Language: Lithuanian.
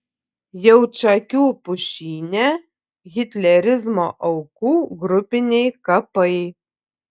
jaučakių pušyne hitlerizmo aukų grupiniai kapai